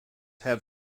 have